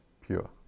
pure